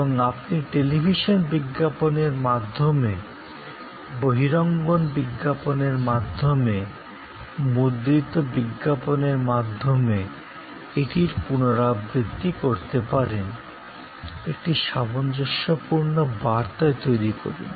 এবং আপনি টেলিভিশন বিজ্ঞাপনের মাধ্যমে আউটডোর বিজ্ঞাপনের মাধ্যমে মুদ্রিত বিজ্ঞাপনের মাধ্যমে এটির পুনরাবৃত্তি করতে পারেন একটি সামঞ্জস্যপূর্ণ বার্তা তৈরি করুন